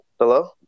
Hello